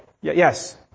yes